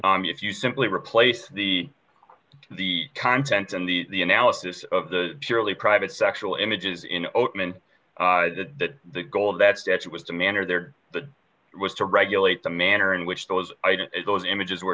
the if you simply replace the the content in the the analysis of the purely private sexual images in oatman that the goal of that statute was the manner there was to regulate the manner in which those items those images were